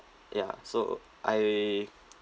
ya so I